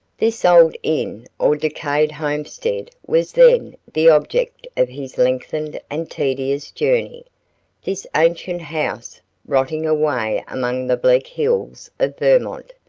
this old inn or decayed homestead was then the object of his lengthened and tedious journey this ancient house rotting away among the bleak hills of vermont,